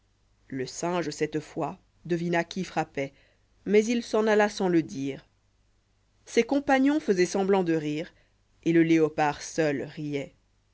le singe cette fois devina qui frappoit mais il s'en alla sans le dire ses compagnons faisoierit semblant de rire et le léopard seul rioit